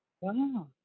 Wow